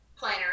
planner